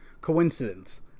coincidence